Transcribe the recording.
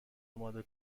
آماده